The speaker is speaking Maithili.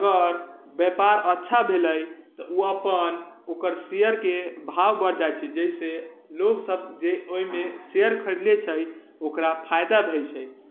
अगर व्यापार अच्छा भेलै तऽ ओ अपन ओकर शेयरके भाव बढ़ि जाइ छै जाहिसँ लोकसब जे ओहिमे जे शेयर खरिदलै छै ओकरा फाइदा होइ छै